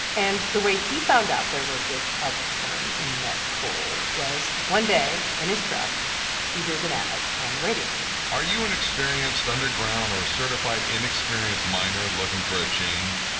and the way he found out there was this upturn in met coal was one day in his truck he hears an ad on the radio are you an experienced underground or a certified inexperienced miner looking for a change?